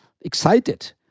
excited